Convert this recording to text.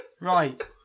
Right